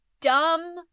dumb